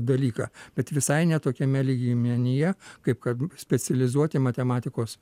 dalyką bet visai ne tokiame lygmenyje kaip kad specializuoti matematikos